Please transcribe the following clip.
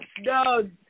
no